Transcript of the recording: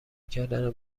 کردن